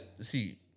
see